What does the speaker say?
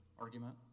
argument